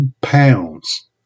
pounds